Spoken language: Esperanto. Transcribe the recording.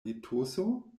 etoso